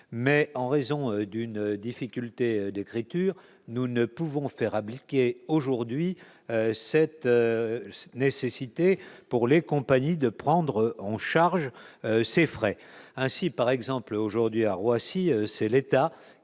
mais en raison d'une difficulté d'écriture, nous ne pouvons faire appliquer aujourd'hui cette nécessité, pour les compagnies de prendre en charge ces frais ainsi par exemple aujourd'hui à Roissy, c'est l'État